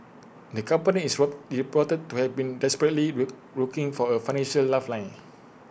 the company is reported to have been desperately looking for A financial lifeline